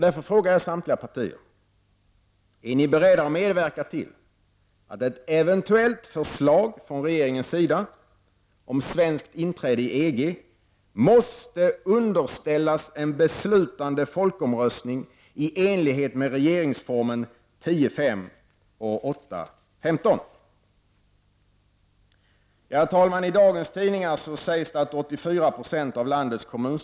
Jag frågar därför samtliga partier: Är ni beredda att medverka till att ett eventuellt förslag från regeringens sida om svenskt inträde i EG måste underställas en beslutande folkomröstning i enlighet med 10 kap. 5 § och 8 kap. 15 § Herr talman!